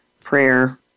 prayer